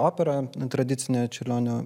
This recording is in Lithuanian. operą tradicinio čiurlionio